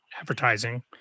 advertising